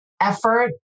effort